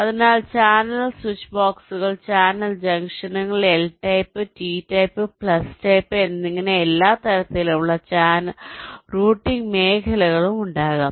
അതിനാൽ ചാനൽ സ്വിച്ച്ബോക്സുകൾ ചാനൽ ജംഗ്ഷനുകൾ L type T type plus type എന്നിങ്ങനെ എല്ലാ തരത്തിലുമുള്ള റൂട്ടിംഗ് മേഖലകളും ഉണ്ടാകാം